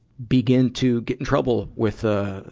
begin to get in trouble with, ah,